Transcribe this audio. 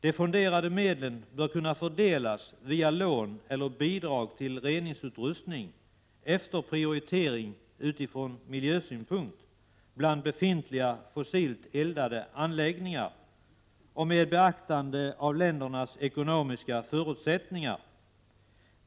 De fonderade medlen bör kunna fördelas via lån eller bidrag till reningsutrustning efter prioritering från miljösynpunkt bland befintliga fossilt eldade anläggningar och med beaktande av ländernas ekonomiska förutsättningar.